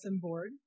board